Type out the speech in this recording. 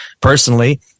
personally